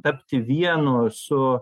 tapti vienu su